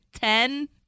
ten